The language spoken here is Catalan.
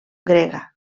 grega